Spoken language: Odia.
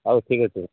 ହଉ ଠିକ୍ ଅଛି